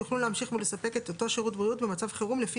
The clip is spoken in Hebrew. יוכלו להמשיך ולספק את אותו שירות בריאות במצב חירום לפי